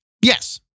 Yes